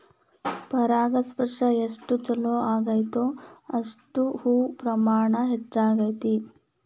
ಪರಾಗಸ್ಪರ್ಶ ಎಷ್ಟ ಚುಲೋ ಅಗೈತೋ ಅಷ್ಟ ಹೂ ಪ್ರಮಾಣ ಹೆಚ್ಚಕೈತಿ